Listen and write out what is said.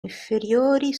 inferiori